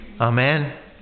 Amen